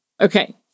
Okay